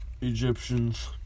Egyptians